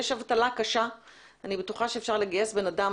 יש אבטלה קשה ואני בטוחה שאפשר לגייס בן אדם